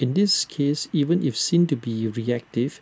in this case even if seen to be reactive